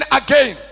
again